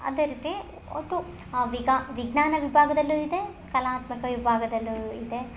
ಅದೇ ರೀತಿ ಒಟ್ಟು ವಿಗಾ ವಿಜ್ಞಾನ ವಿಭಾಗದಲ್ಲೂ ಇದೆ ಕಲಾತ್ಮಕ ವಿಭಾಗದಲ್ಲೂ ಇದೆ